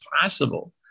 possible